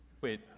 Wait